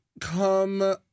Come